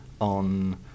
on